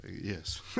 Yes